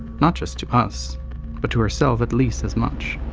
not just to us but to herself at least as much.